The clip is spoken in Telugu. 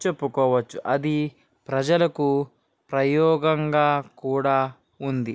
చెప్పుకోవచ్చు అది ప్రజలకు ప్రయోజనంగా కూడా ఉంది